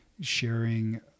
sharing